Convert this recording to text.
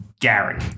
Gary